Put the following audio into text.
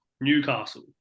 Newcastle